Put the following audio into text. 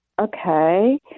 okay